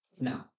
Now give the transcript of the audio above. No